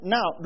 Now